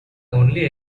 only